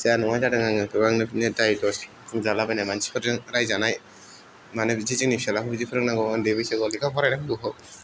जाया नङा जादों आरो गोबांनो बिदिनो दाय दस बुंजालाबायनाय मानसिफोरजों रायजानाय मानो बिदि जोंनि फिसालाखौ फोरोंनांगौ उन्दै बैसोआव लेखा फरायनांगौ